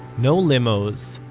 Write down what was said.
no limos,